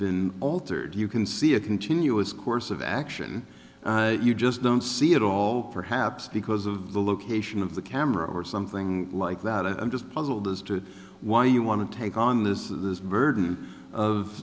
been altered you can see a continuous course of action you just don't see at all perhaps because of the location of the camera or something like that i'm just puzzled as to why you want to take on this this burden of